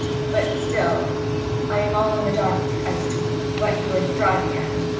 but still i am all in the dark as to what you are driving at.